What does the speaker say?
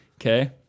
Okay